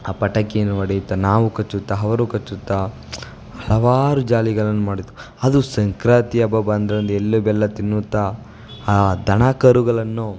ಆ ಪಟಾಕಿ ಹೊಡೆಯುತ್ತ ನೋಡಿ ನಾವು ಹಚ್ಚುತ್ತ ಅವರು ಹಚ್ಚುತ್ತ ಹಲವಾರು ಜಾಲಿಗಳನ್ನು ಮಾಡಿತ್ತು ಅದು ಸಂಕ್ರಾಂತಿ ಹಬ್ಬ ಬಂದ್ರಂತೂ ಎಳ್ಳು ಬೆಲ್ಲ ತಿನ್ನುತ್ತಾ ಆ ದನ ಕರುಗಳನ್ನು